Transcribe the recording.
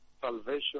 salvation